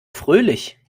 fröhlich